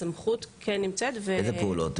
הסמכות כן נמצאת --- אילו פעולות?